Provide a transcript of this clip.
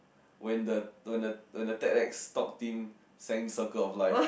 when the when the when the Ted X talk team sang circle of life